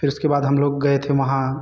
फ़िर उसके बाद हम लोग गए थे वहाँ